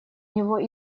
него